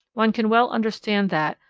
one can well understand that,